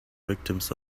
victims